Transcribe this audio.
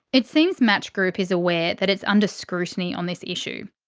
it seems match group is aware that it's under scrutiny on this issue.